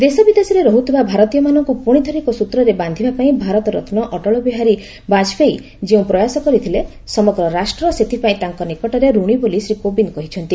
ଦେଶ ବିଦେଶରେ ରହୁଥିବା ଭାରତୀୟମାନଙ୍କୁ ପୁଣି ଥରେ ଏକ ସୂତ୍ରରେ ବାନ୍ଧିବା ପାଇଁ ଭାରତରତ୍ନ ଅଟଳବିହାରୀ ବାକ୍ରପେୟୀ ଯେଉଁ ପ୍ରୟାସ କରିଥିଲେ ସମଗ୍ ରାଷ୍ଟ ସେଥିପାଇଁ ତାଙ୍କ ନିକଟରେ ଋଣୀ ବୋଲି ଶ୍ରୀ କୋବିନ୍ଦ କହିଛନ୍ତି